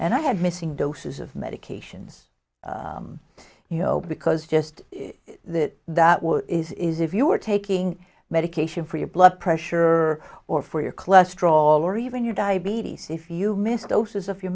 and i have missing doses of medications you know because just that is if you were taking medication for your blood pressure or for your cholesterol or even your diabetes if you missed those of your